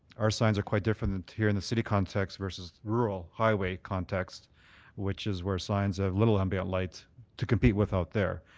our signs are quite different here in the city context versus rural, highway context which is where signs have little ambient lights to compete with out there.